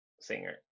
singer